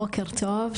בוקר טוב,